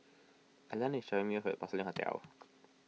Ellen is dropping me off at Porcelain Hotel